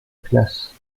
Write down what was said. classe